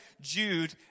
Jude